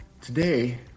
Today